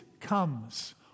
comes